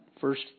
first